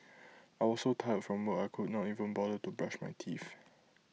I was so tired from work I could not even bother to brush my teeth